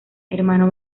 hermano